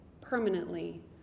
permanently